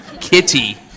kitty